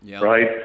right